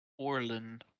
Orlin